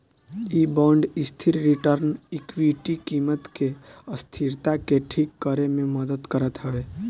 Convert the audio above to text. इ बांड स्थिर return equity कीमत के अस्थिरता के ठीक करे में मदद करत हवे